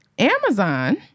Amazon